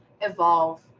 evolve